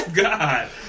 God